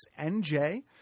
NJ